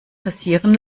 passieren